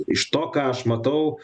iš to ką aš matau